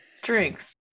drinks